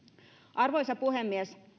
arvoisa puhemies